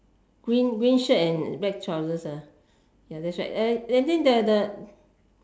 green green shirt and black trousers ya that's right and then the the